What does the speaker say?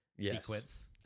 sequence